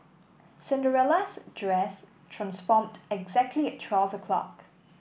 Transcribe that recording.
Cinderella's dress transformed exactly at twelve o'clock